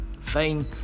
fine